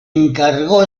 encargó